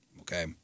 okay